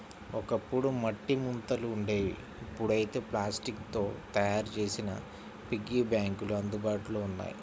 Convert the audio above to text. ఒకప్పుడు మట్టి ముంతలు ఉండేవి ఇప్పుడైతే ప్లాస్టిక్ తో తయ్యారు చేసిన పిగ్గీ బ్యాంకులు అందుబాటులో ఉన్నాయి